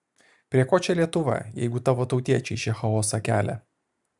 prie ko čia lietuva jeigu tavo tautiečiai čia chaosą kelia